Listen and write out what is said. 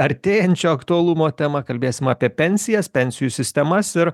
artėjančio aktualumo temą kalbėsim apie pensijas pensijų sistemas ir